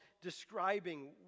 describing